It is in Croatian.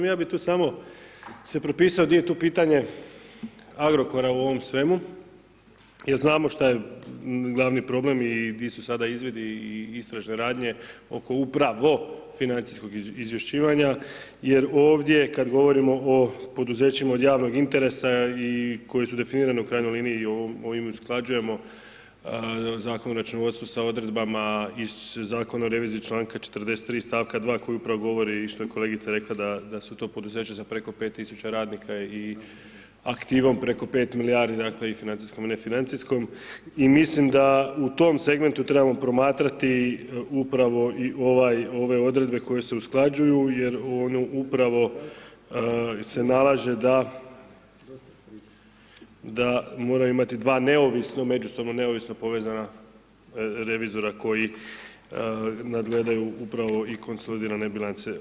Ja bi tu samo se propisao gdje je tu pitanje Agrokora u ovom svemu, jer znamo što je glavni problem i di su sada izvidi i istražne radnje oko upravo financijskog izvješćivanja, jer ovdje kada govorimo o poduzećima od javnog interesa i koji su definirani u krajnjoj liniji i ovim usklađujemo Zakon o računovodstvu sa odredbama Zakon o reviziji čl. 43. st. 2. koji upravo govori i što je kolegica rekla da su to poduzeća za preko 5000 radnika i aktivom preko 5 milijardi, dakle, i financijskom i nefinancijskom i mislim da u tom segmentu trebamo promatrati upravo i ove odredbe koje se usklađuju jer one upravo se nalaže da moraju imati dva neovisno međusobno neovisno povezana revizora koji nadgledaju upravo i konsolidirane bilance.